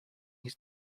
he’s